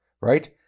right